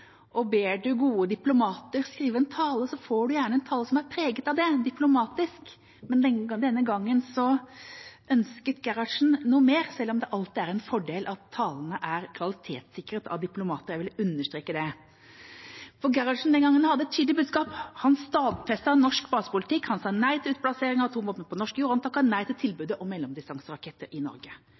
og ber du gode diplomater skrive en tale, får du gjerne en tale som er preget av det – diplomatisk. Men denne gangen ønsket Gerhardsen noe mer – selv om det alltid er en fordel at talene er kvalitetssikret av diplomater, jeg vil understreke det. For Gerhardsen den gangen hadde et tydelig budskap. Han stadfestet norsk basepolitikk. Han sa nei til utplassering av atomvåpen på norsk jord, og han takket nei til tilbudet om mellomdistanseraketter i Norge.